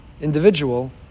individual